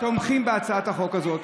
תומכים בהצעת החוק הזאת,